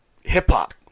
hip-hop